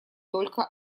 только